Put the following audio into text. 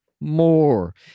more